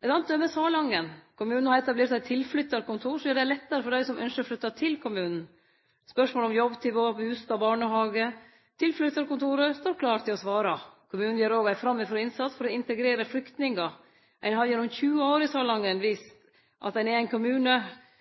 Eit anna døme er Salangen. Kommunen har etablert eit tilflyttarkontor som gjer det lettare for dei som ynskjer å flytte til kommunen. På spørsmål om jobbtilbod, bustad og barnehage står tilflyttarkontoret klar til å svare. Kommunen gjer òg ein framifrå innsats for å integrere flyktningar. Salangen har gjennom 20 år vist at dei er ein av dei kommunane og lokalsamfunna i